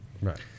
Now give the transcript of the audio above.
right